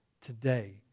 today